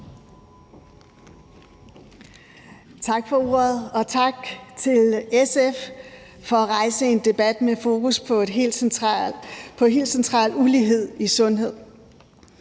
Tak for ordet, og tak til SF for at rejse en debat med fokus på en helt central ulighed i sundhed,